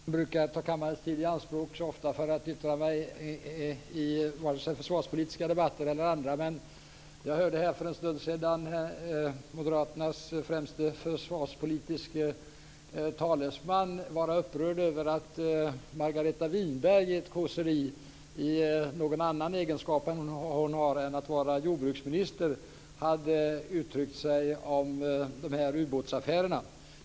Herr talman! Jag tillhör inte dem som brukar ta kammarens tid i anspråk så ofta för att yttra mig i vare sig den försvarspolitiska debatten eller andra, men jag hörde här för en stund sedan Moderaternas främsta försvarspolitiska talesman vara upprörd över att Margareta Winberg i ett kåseri, i någon annan egenskap hon har än att vara jordbruksminister, hade uttryckt sig om ubåtsaffärerna.